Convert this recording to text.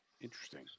Interesting